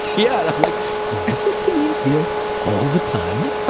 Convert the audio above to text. yeah, and i'm like, is this what samin's feels all the time?